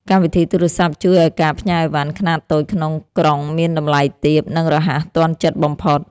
កម្មវិធីទូរសព្ទជួយឱ្យការផ្ញើឥវ៉ាន់ខ្នាតតូចក្នុងក្រុងមានតម្លៃទាប និងរហ័សទាន់ចិត្តបំផុត។